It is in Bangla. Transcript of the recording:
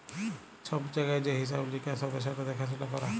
ছব জায়গায় যে হিঁসাব লিকাস হ্যবে সেট দ্যাখাসুলা ক্যরা